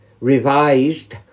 revised